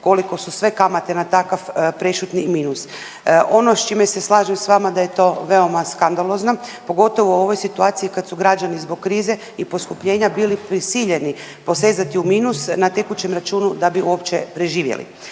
koliko su sve kamate na takav prešutni minus. Ono s čime se slažem s vama da je to veoma skandalozno, pogotovo u ovoj situaciji kad su građani zbog krize i poskupljenja bili prisiljeni posezati u minus na tekućem računu da bi uopće preživjeli.